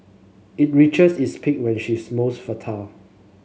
it reaches its peak when she is most fertile